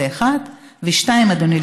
זה 1. 2. אדוני,